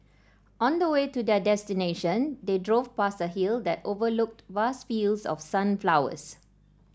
on the way to their destination they drove past a hill that overlooked vast fields of sunflowers